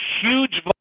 huge